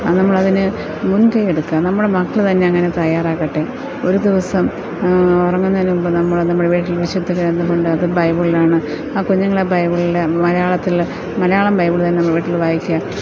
അത് നമ്മളതിന് മുൻകൈ എടുക്കുക നമ്മുടെ മക്കളുതന്നെ അങ്ങനെ തയ്യാറാക്കട്ടെ ഒരുദിവസം ഉറങ്ങുന്നതിന് മുമ്പ് നമ്മള് നമ്മുടെ വീട്ടിൽ വിശുദ്ധ ഗ്രന്ഥമുണ്ട് അത് ബൈബിൾ ആണ് ആ കുഞ്ഞുങ്ങളെ ബൈബിളിലെ മലയാളത്തിലെ മലയാളം ബൈബിൾ തന്നെ നമ്മുടെ വീട്ടിൽ വായിച്ച്